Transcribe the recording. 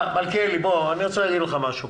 מלכיאלי, אני רוצה להגיד לך משהו.